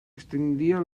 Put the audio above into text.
extendía